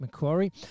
Macquarie